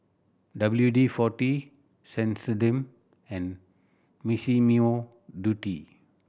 W D Forty Sensodyne and Massimo Dutti